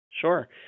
Sure